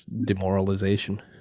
Demoralization